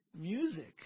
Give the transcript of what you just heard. music